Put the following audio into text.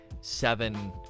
seven